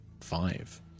five